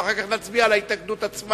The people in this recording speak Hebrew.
ואחר כך נצביע על ההתנגדות עצמה.